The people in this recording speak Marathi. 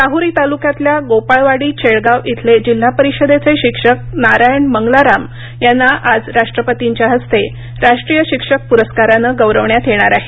राहुरी तालुक्यातल्या गोपाळवाडी चेडगाव इथले जिल्हा परिषदेचे शिक्षक नारायण मंगलाराम यांना आज राष्ट्रपतींच्या हस्ते राष्ट्रीय शिक्षक प्रस्कारानं गौरवण्यात येणार आहे